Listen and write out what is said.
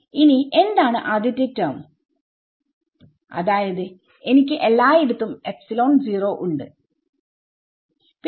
ഇനി എന്താണ് ആദ്യത്തെ ടെർമ് അതായത് എനിക്ക് എല്ലായിടത്തും ഉണ്ട് പിന്നെ